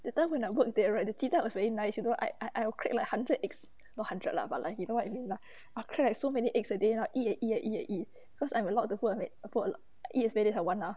that time when I work there right 的鸡蛋 was very nice you know I I crack like hundred eggs not one hundred lah but like you know what I mean lah I crack like so many eggs a day and I eat and eat and eat cause I'm allowed the put in it put a lot eat as many as I want ah